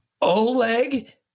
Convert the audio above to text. Oleg